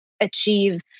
achieve